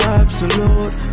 absolute